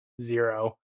zero